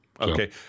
Okay